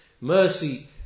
mercy